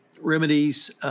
remedies –